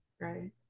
right